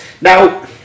Now